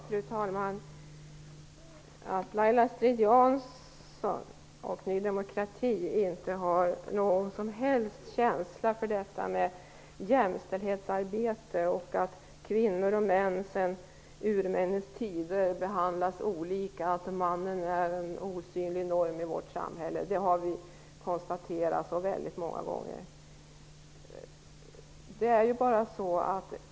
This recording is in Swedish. Fru talman! Att Laila Strid-Jansson och Ny demokrati inte har någon som helst känsla för jämställdhetsarbete, eller att kvinnor och män sedan urminnes tider behandlas olika, eller att mannen är en osynlig norm i vårt samhälle, det har vi redan konstaterat många gånger.